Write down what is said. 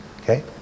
okay